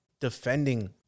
defending